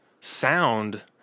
sound